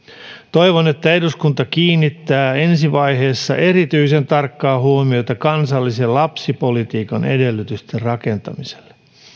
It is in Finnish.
toivon että eduskunta kiinnittää ensivaiheessa erityisen tarkkaa huomiota kansallisen lapsipolitiikan edellytysten rakentamiselle